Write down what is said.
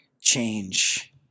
change